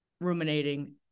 ruminating